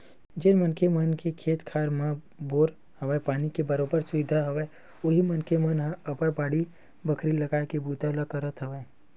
जेन मनखे मन के खेत खार मन म बोर हवय, पानी के बरोबर सुबिधा हवय उही मनखे मन ह अब बाड़ी बखरी लगाए के बूता ल करत हवय